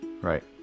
right